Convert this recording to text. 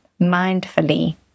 mindfully